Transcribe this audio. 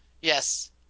Yes